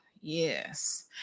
Yes